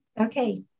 okay